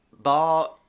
Bar